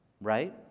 right